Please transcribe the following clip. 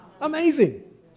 Amazing